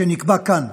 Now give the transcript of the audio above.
שנקבע כאן,